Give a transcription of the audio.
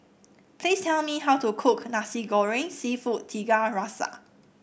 please tell me how to cook Nasi Goreng seafood Tiga Rasa